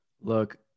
Look